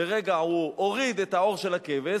לרגע הוא הוריד את העור של הכבש,